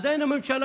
הממשלה